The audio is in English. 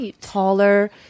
taller